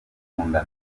bakunda